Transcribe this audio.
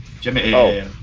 Jimmy